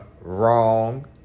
Wrong